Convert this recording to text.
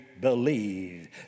believe